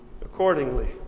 accordingly